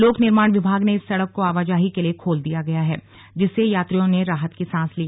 लोक निर्माण विभाग ने इस सड़क को आवाजाही के लिए खोल दिया गया है जिससे यात्रियों ने राहत की सांस ली